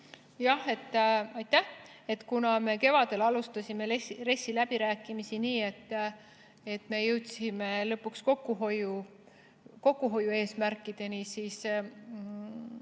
Jah, aitäh! Kuna me kevadel alustasime RES-i läbirääkimisi nii, et me jõudsime lõpuks kokkuhoiueesmärkideni, siis